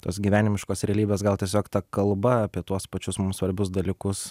tos gyvenimiškos realybės gal tiesiog ta kalba apie tuos pačius mums svarbius dalykus